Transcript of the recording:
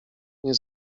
nie